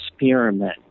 experiment